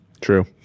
true